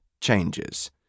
changes